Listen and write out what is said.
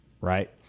right